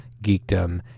geekdom